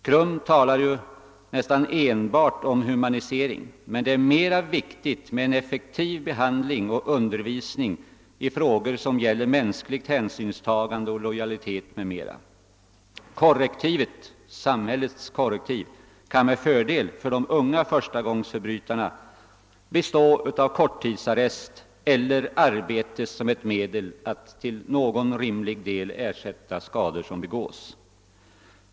KRUM talar nästan enbart om humanisering, men det är viktigare med en effektiv behandling och undervisning i frågor som gäller mänskligt hänsynstagande, lojalitet m.m. Samhällets korrektiv kan med fördel för de unga förstagångsförbrytarna bestå i korttidsarrest eller arbete som ett medel att till någon del ersätta skador som åstadkommits.